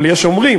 אבל יש אומרים,